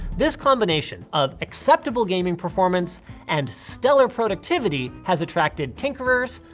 this combination of acceptable gaming performance and stellar productivity has attracted tinkerers,